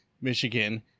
michigan